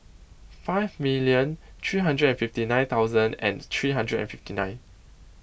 five million three hundred and fifty nine thousand and three hundred and fifty nine